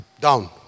down